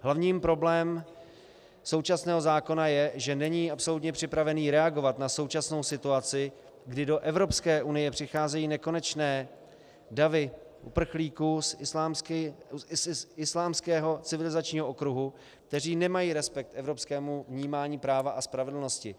Hlavní problém současného zákona je, že není absolutně připravený reagovat na současnou situaci, kdy do Evropské unie přicházejí nekonečné davy uprchlíků z islámského civilizačního okruhu, kteří nemají respekt k evropskému vnímání práva a spravedlnosti.